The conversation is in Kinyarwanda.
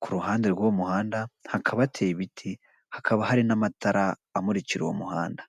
ku ruhande rw'uwo muhanda hakaba hateye ibiti, hakaba hari n'amatara amurikira uwo muhanda.